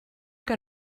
que